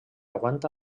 aguanta